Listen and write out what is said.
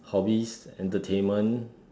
hobbies entertainment